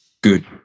good